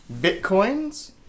bitcoins